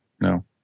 no